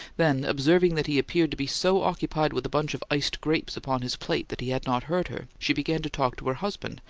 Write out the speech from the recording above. then, observing that he appeared to be so occupied with a bunch of iced grapes upon his plate that he had not heard her, she began to talk to her husband,